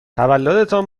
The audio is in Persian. تولدتان